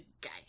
guy